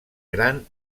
gran